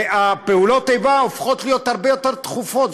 פעולות האיבה הופכות להיות הרבה יותר תכופות,